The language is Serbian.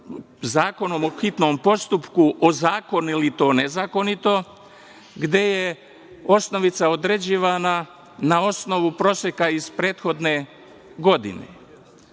zakonu po hitnom postupku ozakonili to nezakonito, gde je osnovica određivana na osnovu proseka iz prethodne godine.